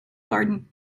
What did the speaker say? garden